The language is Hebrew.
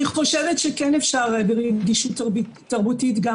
אני חושבת שכן אפשר ברגישות תרבותית גם